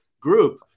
group